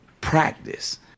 practice